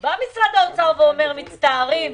בא משרד האוצר ואומר: מצטערים,